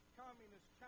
communist